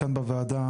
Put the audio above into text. כאן בוועדה,